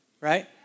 right